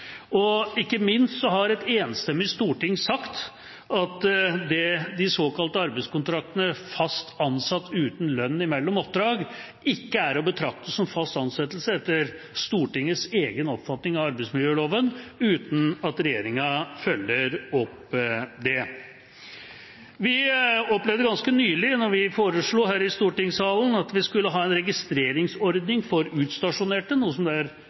Og ikke minst har et enstemmig storting sagt at de såkalte arbeidskontraktene «fast ansatt uten lønn mellom oppdrag» ikke er å betrakte som fast ansettelse etter Stortingets egen oppfatning av arbeidsmiljøloven – uten at regjeringa følger opp det. Vi opplevde ganske nylig da vi foreslo her i stortingssalen at vi skulle ha en registreringsordning for utstasjonerte, noe som det er